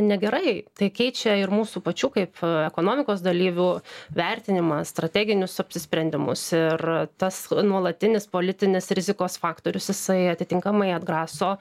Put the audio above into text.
negerai tai keičia ir mūsų pačių kaip ekonomikos dalyvių vertinimą strateginius apsisprendimus ir tas nuolatinis politinės rizikos faktorius jisai atitinkamai atgraso